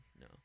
No